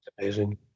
amazing